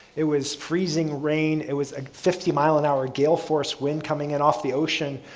it was freezing rain, it was a fifty mile an hour gale force wind coming in off the ocean.